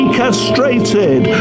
castrated